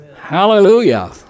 Hallelujah